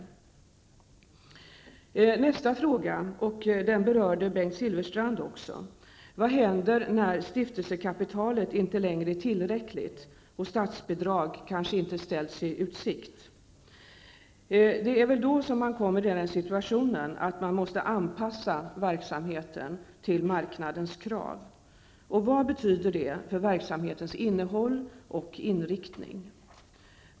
Min nästa fråga berördes också av Bengt Silfverstrand. Vad händer när stiftelsekapitalet inte längre är tillräckligt och statsbidrag kanske inte ställs i utsikt? Det är väl då man kommer i den situationen att man måste anpassa verksamheten till marknadens krav. Vad betyder det för verksamhetens innehåll och inriktning?